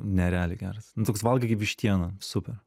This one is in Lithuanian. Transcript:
nerealiai geras toks valgai kaip vištieną super